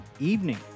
evening